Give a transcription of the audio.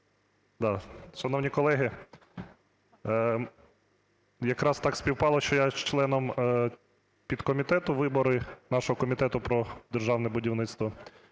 Шановні колеги, якраз так співпало, що я є членом підкомітету, вибори… нашого комітету про державне будівництво,